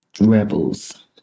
Rebels